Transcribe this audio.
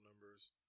numbers